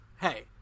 Hey